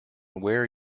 where